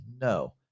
no